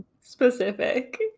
specific